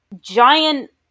giant